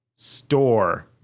Store